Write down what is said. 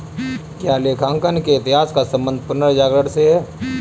क्या लेखांकन के इतिहास का संबंध पुनर्जागरण से है?